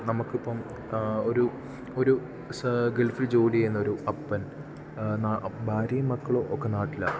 നമുക്ക് ഇപ്പം ഒരു ഒരു ഗിൽഫിൽ ജോലി ചെയ്യുന്ന ഒരു അപ്പൻ ഭാര്യയും മക്കളുമൊക്കെ നാട്ടിലാണ്